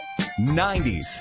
90s